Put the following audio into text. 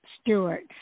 Stewart